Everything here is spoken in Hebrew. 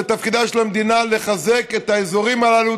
ותפקידה של המדינה לחזק את האזורים הללו,